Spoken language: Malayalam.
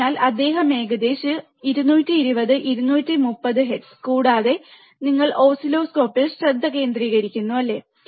അതിനാൽ അദ്ദേഹം ഏകദേശം 220 230 ഹെർട്സ് കൂടാതെ നിങ്ങൾ ഓസിലോസ്കോപ്പിൽ ശ്രദ്ധ കേന്ദ്രീകരിക്കുന്നു അല്ലേ